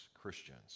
Christians